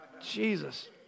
Jesus